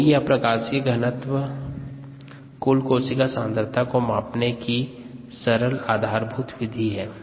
OD या प्रकाशीय घनत्व कुल कोशिका सांद्रता को मापने की सरल आधारभूत विधि है